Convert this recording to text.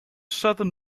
southern